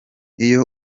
iyo